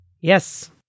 Yes